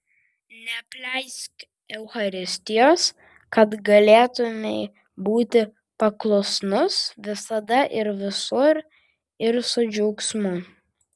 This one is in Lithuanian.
neapleisk eucharistijos kad galėtumei būti paklusnus visada ir visur ir su džiaugsmu